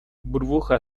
burbuja